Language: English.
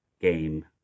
game